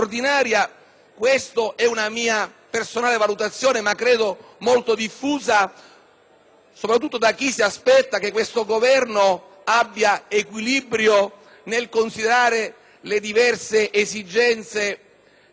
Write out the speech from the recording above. soprattutto tra chi si aspetta che questo Governo abbia equilibrio nel considerare le diverse esigenze ormai diventate stringenti, soprattutto nell'area del Mezzogiorno, che